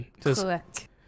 Correct